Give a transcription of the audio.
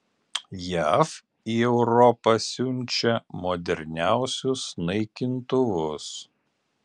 jav į europą siunčia moderniausius naikintuvus